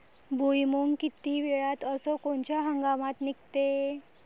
भुईमुंग किती वेळात अस कोनच्या हंगामात निगते?